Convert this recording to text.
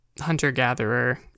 hunter-gatherer